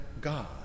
God